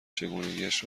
چگونگیاش